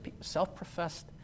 self-professed